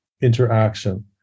interaction